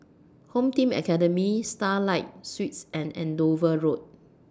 Home Team Academy Starlight Suites and Andover Road